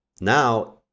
now